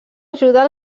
ajudar